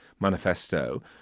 Manifesto